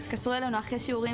ההתרגשות שלהם איך המורים,